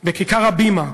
בכיכר "הבימה"